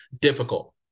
difficult